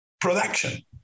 production